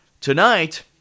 Tonight